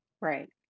Right